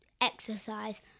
exercise